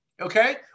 okay